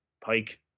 Pike